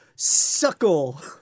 Suckle